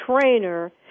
trainer